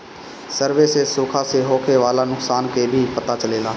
survey से सुखा से होखे वाला नुकसान के भी पता चलेला